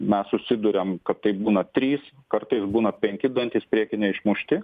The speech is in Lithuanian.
mes susiduriam kad tai būna trys kartais būna penki dantys priekiniai išmušti